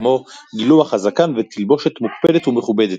כמו גילוח הזקן ותלבושת מוקפדת ומכובדת.